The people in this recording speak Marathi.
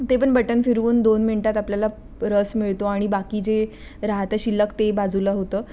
ते पण बटन फिरवून दोन मिनटात आपल्याला रस मिळतो आणि बाकी जे राहतं शिल्लक ते बाजूलं होतं